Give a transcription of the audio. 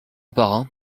parrain